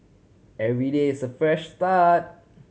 every day is a fresh start